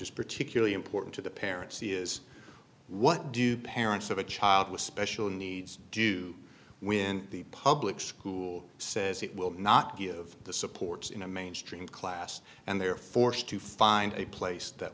is particularly important to the parents see is what do parents of a child with special needs do when the public school says it will not give the supports in a mainstream class and they are forced to find a place that